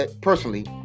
personally